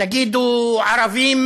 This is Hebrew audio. תגידו: ערבים